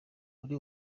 muri